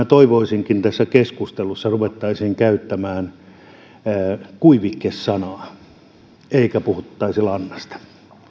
toivoisinkin että tässä keskustelussa ruvettaisiin käyttämään kuivike sanaa eikä puhuttaisi lannasta